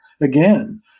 again